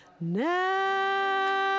now